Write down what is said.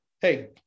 Hey